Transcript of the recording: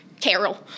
carol